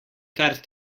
kar